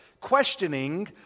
questioning